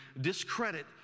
discredit